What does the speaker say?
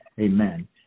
Amen